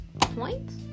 points